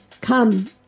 come